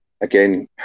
again